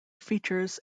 features